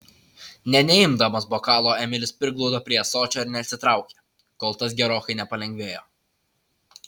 nė neimdamas bokalo emilis prigludo prie ąsočio ir neatsitraukė kol tas gerokai nepalengvėjo